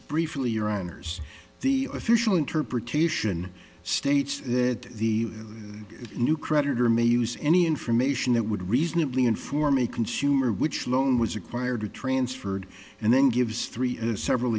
briefly your honour's the official interpretation states that the new creditor may use any information that would reasonably informally consumer which loan was acquired transferred and then gives three as several